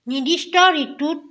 নিদিষ্ট ঋতুত